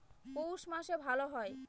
পৌষ মাসে ভালো হয়?